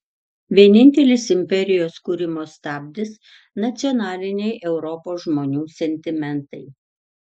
vienintelis imperijos kūrimo stabdis nacionaliniai europos žmonių sentimentai